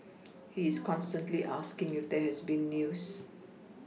he is constantly asking if there has been news